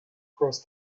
across